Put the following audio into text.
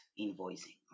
invoicing